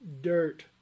dirt